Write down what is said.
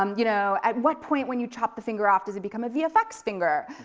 um you know at what point when you chop the finger off does it become a vfx finger?